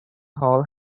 hall